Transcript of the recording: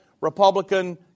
Republican